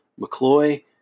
McCloy